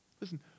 Listen